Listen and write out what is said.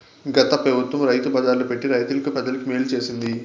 గత పెబుత్వం రైతు బజార్లు పెట్టి రైతులకి, ప్రజలకి మేలు చేసింది